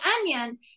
onion